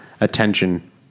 attention